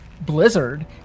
Blizzard